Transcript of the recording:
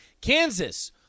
Kansas